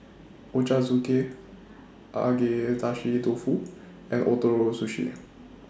Ochazuke Agedashi Dofu and Ootoro Sushi